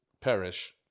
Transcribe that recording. perish